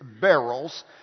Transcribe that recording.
barrels